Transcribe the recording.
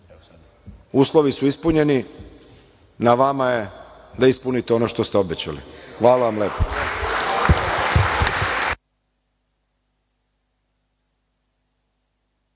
Uslovi su ispunjeni. Na vama je da ispunite ono što ste obećali. Hvala vam lepo.